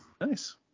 Nice